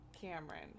Cameron